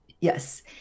Yes